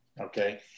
okay